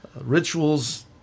rituals